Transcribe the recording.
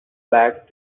back